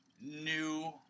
new